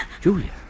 Julia